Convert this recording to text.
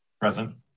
Present